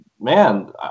man